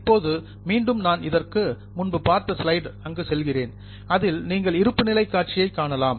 இப்போது மீண்டும் நான் இதற்கு முன்பு பார்த்த ஸ்லைட் அங்கு செல்கிறேன் அதில் நீங்கள் இருப்பு நிலை காட்சியை காணலாம்